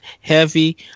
heavy